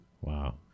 Wow